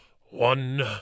One